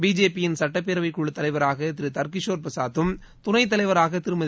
பிஜேபியின் சட்டப்பேரவைக் குழுத் தலைவராக திரு தர்கிஷோர் பிரசாத்தும் துணைத் தலைவராக திருமதி